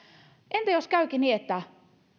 entä jos kävisikin niin että